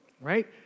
right